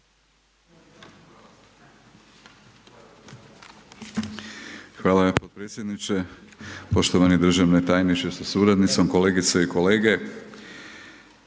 potpredsjedniče. Gospodine državni tajniče sa suradnicom, kolegice i kolege.